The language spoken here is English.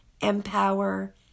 Empower